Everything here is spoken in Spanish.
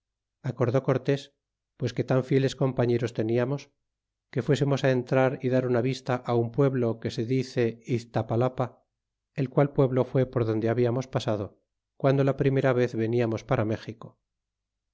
acordó cortés pues que tan fieles compañeros teniamos que fuésemos entrar y dar una vis ta un pueblo que se dice iztapalapa el qual pueblo fue por donde hablamos pasado guando la primera vez venianíos para méxico